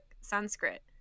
Sanskrit